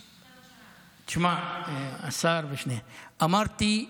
תשמע, השר, אמרתי: